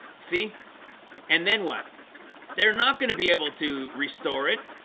see and then what they're not going to be able to restore it.